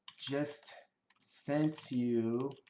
just sent you